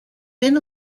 been